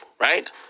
Right